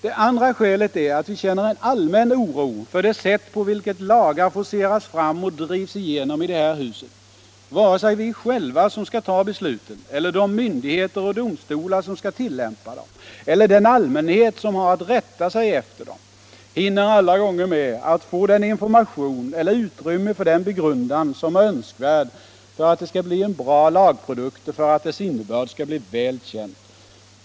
Det andra skälet är att vi känner en allmän oro för det sätt på vilket lagar forceras fram och drivs igenom i det här huset. Varken vi själva som skall ta besluten eller de myndigheter och domstolar som skall tilllämpa dem eller den allmänhet som har att rätta sig efter dem hinner alla gånger med att få den information eller utrymme för den begrundan som är önskvärda för att det skall bli en bra lagprodukt och för att dess innebörd skall bli väl känd.